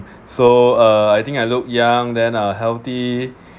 so uh I think I look young then uh healthy